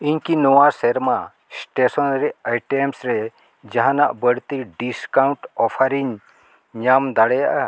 ᱤᱧ ᱠᱤ ᱱᱚᱣᱟ ᱥᱮᱨᱢᱟ ᱮᱥᱴᱮᱥᱚᱱᱟᱨᱤ ᱟᱭᱴᱮᱢᱥ ᱨᱮ ᱡᱟᱦᱟᱱᱟᱜ ᱵᱟᱹᱲᱛᱤ ᱰᱤᱥᱠᱟᱣᱩᱱᱴ ᱚᱯᱷᱟᱨᱤᱧ ᱧᱟᱢ ᱫᱟᱲᱮᱭᱟᱜᱼᱟ